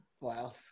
Wow